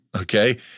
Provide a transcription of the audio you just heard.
Okay